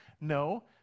no